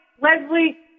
Leslie